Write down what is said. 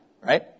right